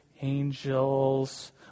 Angels